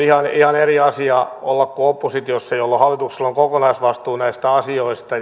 ihan ihan eri asia olla hallituksessa kuin oppositiossa hallituksella on kokonaisvastuu näistä asioista